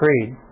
creed